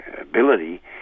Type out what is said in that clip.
ability